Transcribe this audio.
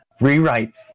rewrites